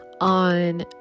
On